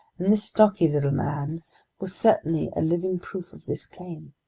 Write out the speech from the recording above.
and this stocky little man was certainly a living proof of this claim.